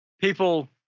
people